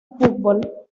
fútbol